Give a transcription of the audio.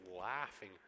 laughing